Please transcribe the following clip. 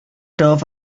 turf